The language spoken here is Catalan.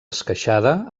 esqueixada